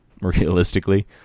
realistically